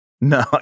No